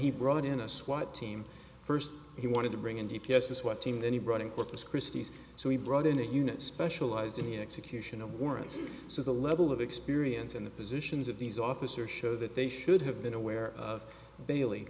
he brought in a swat team first he wanted to bring in d p s the swat team that he brought in corpus christi so he brought in that unit specialized in the execution of warrants so the level of experience in the positions of these officers show that they should have been aware of bail